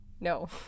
No